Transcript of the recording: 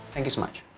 thank you so much.